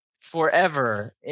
forever